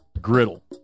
Griddle